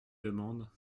demandes